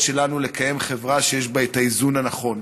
שלנו לקיים חברה שיש בה את האיזון הנכון.